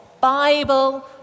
Bible